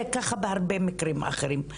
זה ככה בהרבה מקרים אחרים.